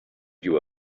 you